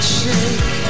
shake